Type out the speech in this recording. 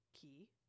key